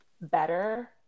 better